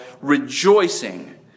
rejoicing